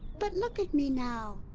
but look at me now!